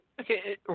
Okay